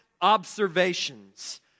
observations